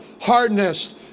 hardness